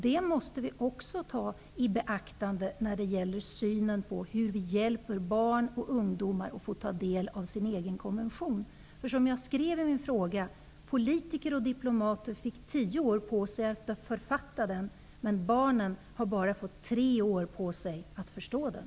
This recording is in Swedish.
Detta måste vi också ta i beaktande när det gäller synen på hur vi hjälper barn och ungdomar att ta del av sin egen konvention. Som jag skrev i min fråga fick politiker och diplomater tio år på sig att författa konventionen. Men barnen har fått bara tre år på sig att förstå den.